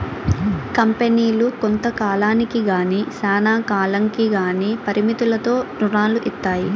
కంపెనీలు కొంత కాలానికి గానీ శ్యానా కాలంకి గానీ పరిమితులతో రుణాలు ఇత్తాయి